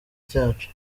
cyacu